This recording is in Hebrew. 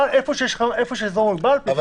איפה שיש אזור מוגבל, תפתח חמ"ל.